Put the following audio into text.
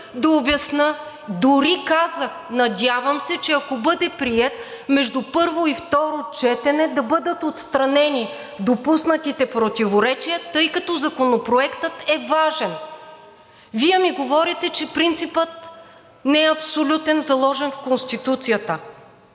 да обясня. Дори казах: надявам се, ако бъде приет, между първо и второ четене да бъдат отстранени допуснатите противоречия, тъй като Законопроектът е важен! Вие ми говорите, че принципът не е абсолютен, заложен в Конституцията.